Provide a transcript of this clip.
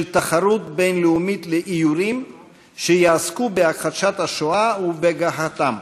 של תחרות בין-לאומית לאיורים שיעסקו בהכחשת השואה ובהגחכתה.